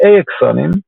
קטעי אקסונים,